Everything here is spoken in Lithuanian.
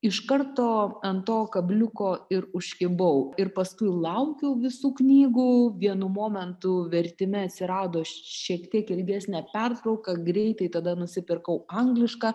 iš karto ant to kabliuko ir užkibau ir paskui laukiau visų knygų vienu momentu vertime atsirado šiek tiek ilgesnė pertrauka greitai tada nusipirkau anglišką